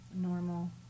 normal